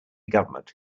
government